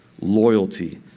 loyalty